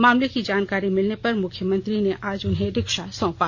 मामले की जानकारी मिलने पर मुख्यमंत्री ने आज उन्हें रिक्षा सौंपा